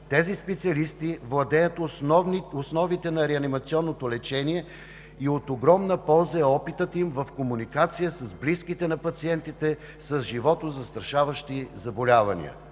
Тези специалисти владеят основите на реанимационното лечение и е от огромна полза опитът им в комуникация с близките на пациентите с животозастрашаващи заболявания.